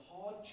hard